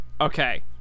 Okay